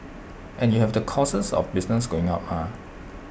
and you have the costs of business going up mah